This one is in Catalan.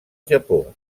japó